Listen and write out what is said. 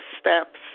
steps